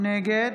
נגד